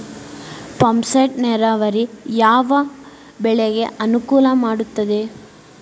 Pump set ನೇರಾವರಿ ಯಾವ್ ಬೆಳೆಗೆ ಅನುಕೂಲ ಮಾಡುತ್ತದೆ?